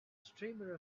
streamer